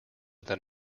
than